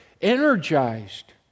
energized